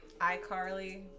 ICarly